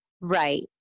Right